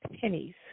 pennies